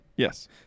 Yes